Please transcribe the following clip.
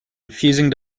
refusing